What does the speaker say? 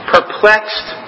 Perplexed